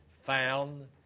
found